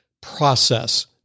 process